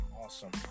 Awesome